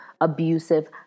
abusive